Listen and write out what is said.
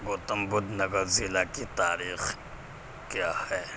گوتم بدھ نگر ضلع کی تاریخ کیا ہے